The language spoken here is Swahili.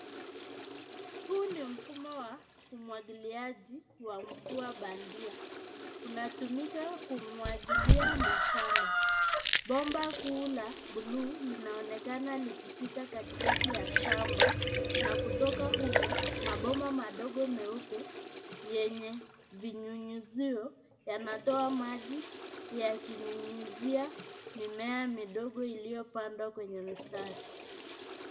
Huu ni mfumo wa umwagiliaji wa mfumo bandia, unatumika kumwagilia mashamba. Bomba kuu la buluu linaonekana likipita katikati ya shamba, na kutoka humo, mabomba madogo meupe yenye vinyunyizio vinavyonyunyizia maji juu ya mimea midogo iliyopandwa kwa mstari.